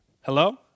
hello